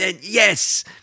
yes